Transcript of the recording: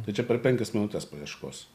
tai čia per penkias minutes paieškos